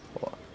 !wah!